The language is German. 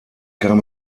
kam